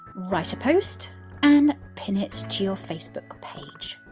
write a post and pin it to your facebook page.